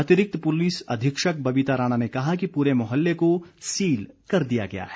अतिरिक्त पुलिस अधीक्षक बबीता राणा ने कहा कि पूरे मोहल्ले को सील कर दिया गया है